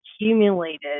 accumulated